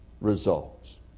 results